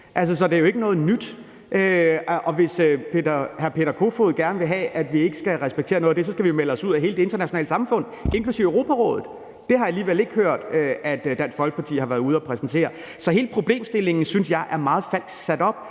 Så det er jo ikke noget nyt. Hvis hr. Peter Kofod gerne vil have, at vi ikke skal respektere noget af det, skal vi jo melde os ud af hele det internationale samfund, inklusive Europarådet. Det har jeg alligevel ikke hørt at Dansk Folkeparti har været ude at præsentere. Så hele problemstillingen synes jeg er meget falsk sat op.